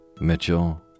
Mitchell